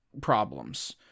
problems